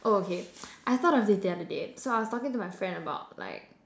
oh okay I thought of this the other day so I was talking to my friend about like